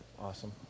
awesome